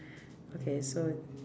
okay so